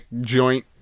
joint